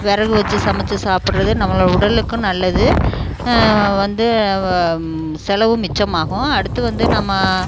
விறகு வெச்சு சமைச்சி சாப்புடுறது நம்மளோடய உடலுக்கும் நல்லது வந்து செலவும் மிச்சமாகும் அடுத்து வந்து நம்ம